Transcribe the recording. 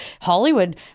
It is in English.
Hollywood